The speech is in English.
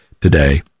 today